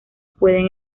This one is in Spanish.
pueden